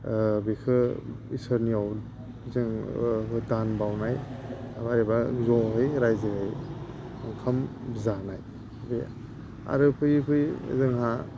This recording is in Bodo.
बेखौ इसोरनियाव जों दान बाउनाय एबा जयै राइजो ओंखाम जानाय बे आरो फैयै फैयै जोंहा